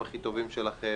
יש לך שלוש דקות.